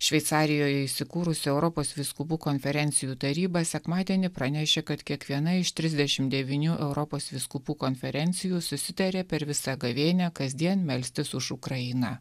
šveicarijoje įsikūrusio europos vyskupų konferencijų taryba sekmadienį pranešė kad kiekviena iš trisdešimt devynių europos vyskupų konferencijų susitarė per visą gavėnią kasdien melstis už ukrainą